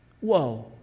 whoa